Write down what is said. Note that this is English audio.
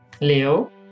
Leo